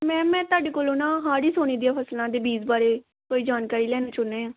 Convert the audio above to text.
ma'am ਮੈਂ ਤੁਹਾਡੇ ਕੋਲੋਂ ਨਾ ਹਾੜੀ ਸਾਉਣੀ ਦੀਆਂ ਫ਼ਸਲਾਂ ਦੇ ਬੀਜ ਬਾਰੇ ਕੋਈ ਜਾਣਕਾਰੀ ਲੈਣੀ ਚਾਹੁੰਦੇ ਹਾਂ